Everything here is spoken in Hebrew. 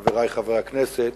חברי חברי הכנסת,